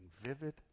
vivid